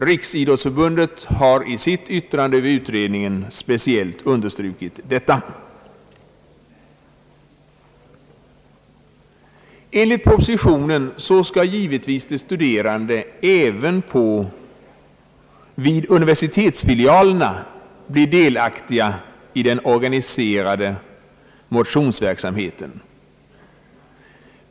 Riksidrottsförbundet har också i sitt yttrande över utredningen speciellt understrukit detta. Enligt propositionen skall givetvis de studerande även vid universitetsfilia lerna bli delaktiga i den organiserade motionsverksamheten.